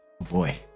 boy